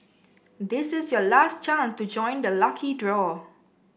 this is your last chance to join the lucky draw